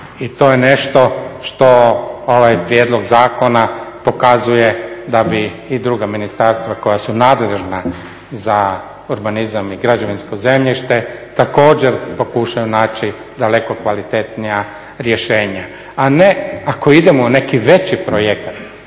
i to je nešto što ovaj prijedlog zakona pokazuje da bi i druga ministarstva koja su nadležna za urbanizam i građevinsko zemljište također pokušaju naći daleko kvalitetnija rješenja. A ne ako idemo u neki veći projekat